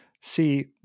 see